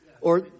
Or-